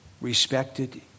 respected